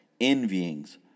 envyings